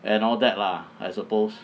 and all that lah I suppose